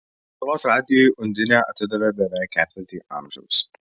lietuvos radijui undinė atidavė beveik ketvirtį amžiaus